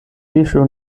fiŝo